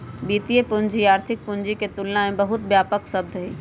वित्तीय पूंजी आर्थिक पूंजी के तुलना में बहुत व्यापक शब्द हई